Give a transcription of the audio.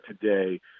today